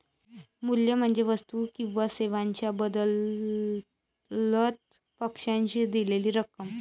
मूल्य म्हणजे वस्तू किंवा सेवांच्या बदल्यात पक्षाने दिलेली रक्कम